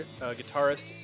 guitarist